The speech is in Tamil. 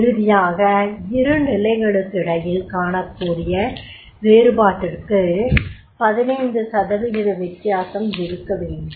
இறுதியாக இருநிலைகளுக்கு இடையில் காணக்கூடிய வேறுபாட்டிற்கு 15 சதவிகிதம் வித்தியாசம் இருக்க வேண்டும்